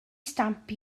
stamp